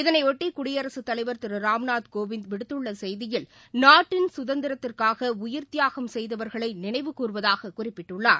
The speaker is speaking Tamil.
இதனையொட்டிகுடியரசுத் தலைவர் திருராம்நாத் கோவிந்த் விடுத்துள்ளசெய்தியில் நாட்டின் சுதந்திரத்திற்காகஉயிர் தியாகம் செய்தவர்களைநினைவு கூர்வதாககுறிப்பிட்டுள்ளார்